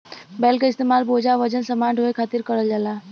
बैल क इस्तेमाल बोझा वजन समान ढोये खातिर करल जाला